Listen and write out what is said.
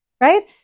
right